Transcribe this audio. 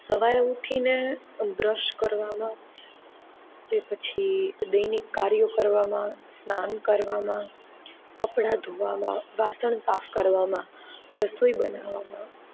સવારે ઊઠીને બ્રશ કરવામાં કે પછી દૈનિક કાર્યો કરવામાં સ્નાન કરવામાં કપડાં ધોવામાં વાસણ સાફ કરવામાં રસોઈ બનાવામાં